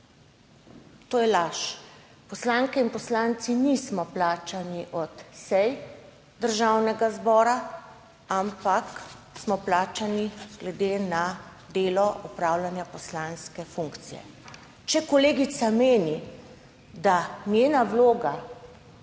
To je laž. Poslanke in poslanci nismo plačani od sej Državnega zbora, ampak smo plačani glede na delo opravljanja poslanske funkcije. Če kolegica meni, da njena vloga